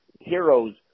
Heroes